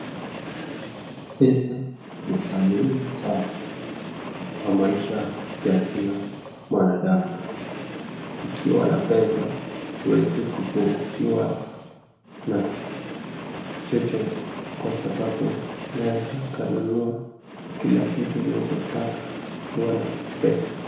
Pesa ni za muhimu sana kwa maisha ya kila mwanadamu, ukiwa na pesa huwezi kupungukiwa na chochote kwa sababu unaweza ukanunua kila kitu unachotaka ukiwa na pesa.